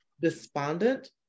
despondent